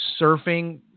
surfing